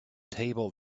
table